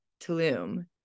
Tulum